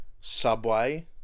Subway